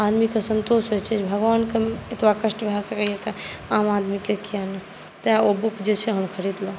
आदमीके सन्तोष होइत छै जे भगवानकेँ एतबा कष्ट भए सकैए तऽ आम आदमीकेँ कियाक नहि तैँ ओ बुक जे छै हम खरीदलहुँ